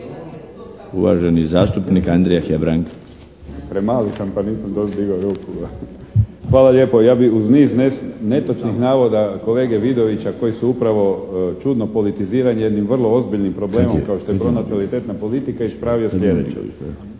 Uvaženi zastupnik Andrija Hebrang.